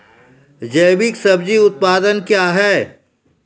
जैविक सब्जी उत्पादन क्या हैं?